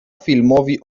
filmowi